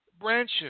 branches